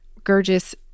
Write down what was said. Gurgis